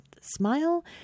smile